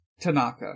Tanaka